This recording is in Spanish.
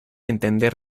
entender